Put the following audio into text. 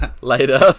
Later